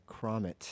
Cromit